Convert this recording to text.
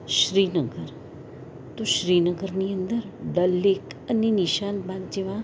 શ્રીનગર તો શ્રીનગરની અંદર દલલેક અને નિશાન બાગ જેવાં